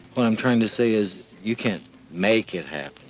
what i'm trying to say is you can't make it happen.